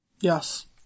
Yes